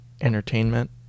entertainment